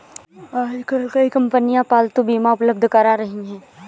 आजकल कई कंपनियां पालतू बीमा उपलब्ध करा रही है